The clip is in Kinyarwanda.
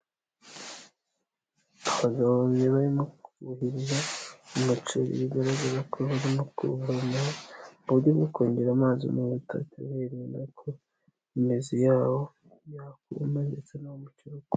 Abagabo babiri barimo kuhirira umuceri, bigaragaza ko bari no kuvomerera mu buryo bwo kongera amazi mu butaka birinda ko imizi yabo yakuma ndetse hagakomera.